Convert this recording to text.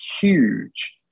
huge